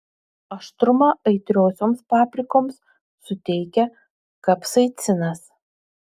aštrumą aitriosioms paprikoms suteikia kapsaicinas